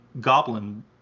goblin